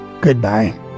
Goodbye